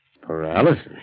Paralysis